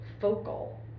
focal